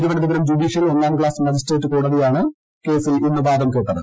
Thiruvananthapuram judicial ഒന്നാം class magistrate കോടതിയാണ് കേസിൽ ഇന്ന് വാദം കേട്ടത്